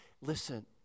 Listen